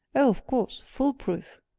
of course full proof!